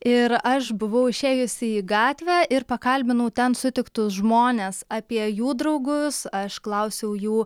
ir aš buvau išėjusi į gatvę ir pakalbinau ten sutiktus žmones apie jų draugus aš klausiau jų